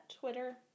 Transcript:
Twitter